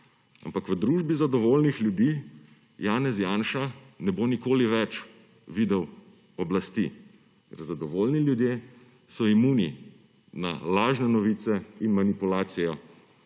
Ampak v družbi zadovoljnih ljudi, Janez Janša ne bo nikoli več videl oblasti, ker zadovoljni ljudje so imuni na lažne novice in manipulacijo,